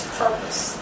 purpose